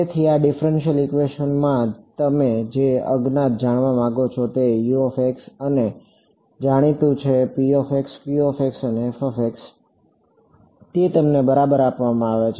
તેથી આ ડિફ્રેંશિયલ ઇક્વેશનમાં તમે જે અજ્ઞાત જાણવા માગો છો તે છે અને જાણીતું છે અને તે તમને બરાબર આપવામાં આવે છે